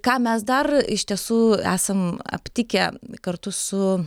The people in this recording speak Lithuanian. ką mes dar iš tiesų esam aptikę kartu su